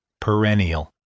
perennial